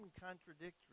contradictory